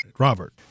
Robert